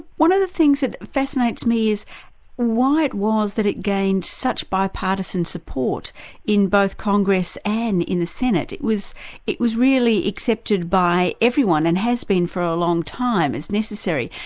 one of the things that fascinates me is why it was that it gained such bipartisan support in both congress and in the senate. it was it was really accepted by everyone and has been for a long time, as necessary.